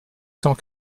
cent